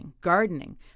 gardening